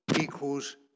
equals